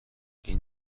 این